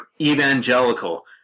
evangelical